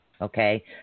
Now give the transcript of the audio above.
okay